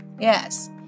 Yes